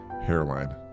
hairline